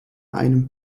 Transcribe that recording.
einem